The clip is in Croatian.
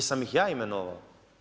Jesam ih ja imenovao?